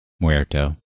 muerto